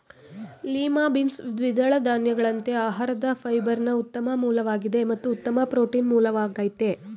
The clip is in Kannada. ಲಿಮಾ ಬೀನ್ಸ್ ದ್ವಿದಳ ಧಾನ್ಯಗಳಂತೆ ಆಹಾರದ ಫೈಬರ್ನ ಉತ್ತಮ ಮೂಲವಾಗಿದೆ ಮತ್ತು ಉತ್ತಮ ಪ್ರೋಟೀನ್ ಮೂಲವಾಗಯ್ತೆ